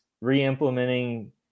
re-implementing